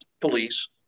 police